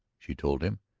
she told him.